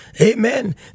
amen